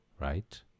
right